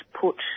put